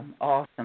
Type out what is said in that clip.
awesome